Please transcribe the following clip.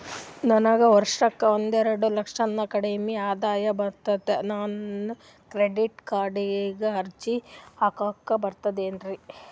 ನನಗ ವರ್ಷಕ್ಕ ಒಂದೆರಡು ಲಕ್ಷಕ್ಕನ ಕಡಿಮಿ ಆದಾಯ ಬರ್ತದ್ರಿ ನಾನು ಕ್ರೆಡಿಟ್ ಕಾರ್ಡೀಗ ಅರ್ಜಿ ಹಾಕ್ಲಕ ಬರ್ತದೇನ್ರಿ?